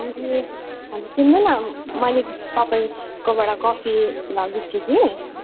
ए हजुर सुन्नु न मैले तपाईँकोबाट कफी लगेको थिएँ कि